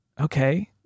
okay